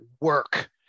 work